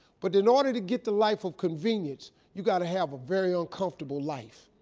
but in order to get the life of convenience, you gotta have a very uncomfortable life.